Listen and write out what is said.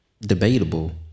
Debatable